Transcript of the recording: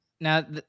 Now